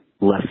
less